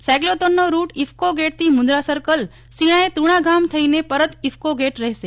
સાઈક્લોથોનનો route IFFCO ગેટથી Mundra circle Shinai Tuna ગામ થઈને પરત ઈફ્કો ગેટ રહેશે